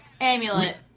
Amulet